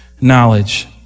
knowledge